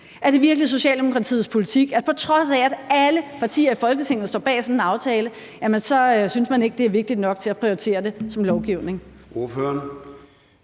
Er det virkelig Socialdemokratiets politik, at man, på trods af at alle partier i Folketinget står bag sådan en aftale, ikke synes, det er vigtigt nok at prioritere det som lovgivning?